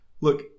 Look